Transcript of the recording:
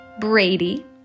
Brady